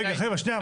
רגע, חבר'ה, שנייה.